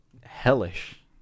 hellish